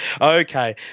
Okay